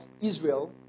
Israel